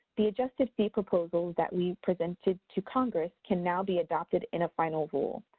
the adjusted fee proposal that we presented to congress can now be adopted in a final rule.